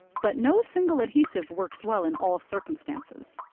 but no single adhesive works well in all circumstances.